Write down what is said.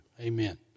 Amen